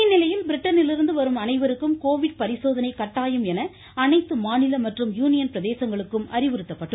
இந்நிலையில் பிரிட்டனிலிருந்து வரும் அனைவருக்கும் கோவிட் பரிசோதனை கட்டாயம் என அனைத்து மாநில மற்றும் யூனியன் பிரதேசங்களுக்கும் அறிவுறுத்தப்பட்டுள்ளது